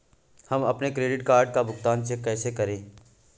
हम अपने credit card का भुगतान चेक से कैसे करें?